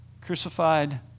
crucified